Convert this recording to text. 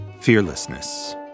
Fearlessness